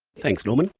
thanks norman.